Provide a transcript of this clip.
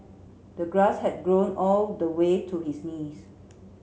the grass had grown all the way to his knees